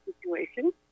situation